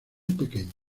pequeño